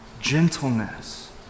gentleness